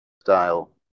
style